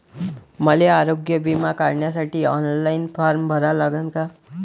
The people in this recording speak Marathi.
मले आरोग्य बिमा काढासाठी ऑनलाईन फारम भरा लागन का?